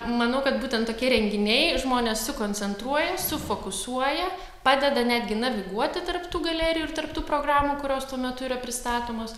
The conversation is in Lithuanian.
manau kad būtent tokie renginiai žmones sukoncentruoja sufokusuoja padeda netgi naviguoti tarp tų galerijų ir tarp tų programų kurios tuo metu yra pristatomos